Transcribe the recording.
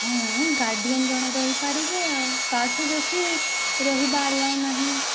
ହୁଁ ଗାର୍ଡିଆନ୍ ଜଣେ ରହିପାରିବେ ଆଉ ତାଠୁ ବେଶୀ ରହିବା ଆଲାଓ ନାହିଁ